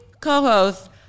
co-host